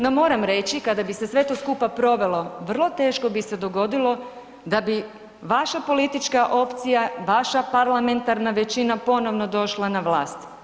No moram reći kada bi se sve to skupa provelo, vrlo teško bi se dogodilo da bi vaša politička opcija, vaša parlamentarna većina ponovno došla na vlast.